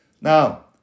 Now